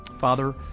Father